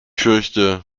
fürchte